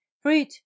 fruit